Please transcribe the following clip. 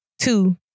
Two